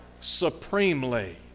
supremely